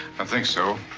i think so.